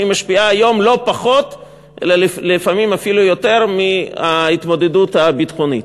שמשפיעה היום לא פחות אלא לפעמים אפילו יותר מההתמודדות הביטחונית.